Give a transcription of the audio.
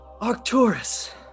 Arcturus